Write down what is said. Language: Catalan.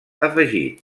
afegit